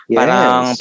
parang